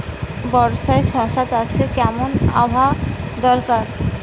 বর্ষার শশা চাষে কেমন আবহাওয়া দরকার?